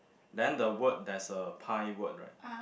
then the word there's a pie word right